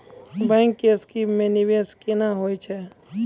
Bank के scheme मे निवेश केना होय छै?